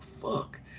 fuck